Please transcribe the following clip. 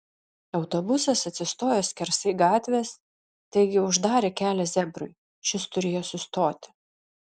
autobusas atsistojo skersai gatvės taigi uždarė kelią zebrui šis turėjo sustoti